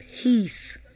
peace